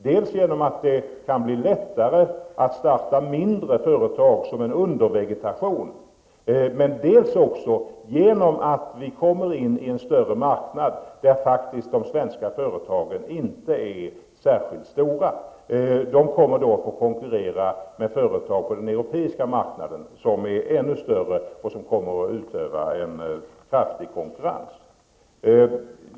Dels kan det bli lättare att starta mindre företag som en undervegetation, dels hamnar vi i en större marknad där faktiskt de svenska företagen inte är särskilt stora. De får då konkurrera med företag på den europeiska marknaden som är större och utövar en kraftfull konkurrens.